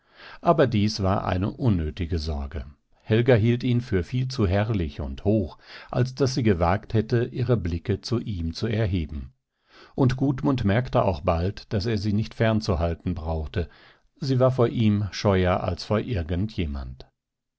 aber dies war eine unnötige sorge helga hielt ihn für viel zu herrlich und hoch als daß sie gewagt hätte ihre blicke zu ihm zu erheben und gudmund merkte auch bald daß er sie nicht fernzuhalten brauchte sie war vor ihm scheuer als vor irgend jemand